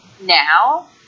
now